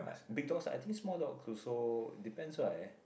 like big dogs I think small dog also depends right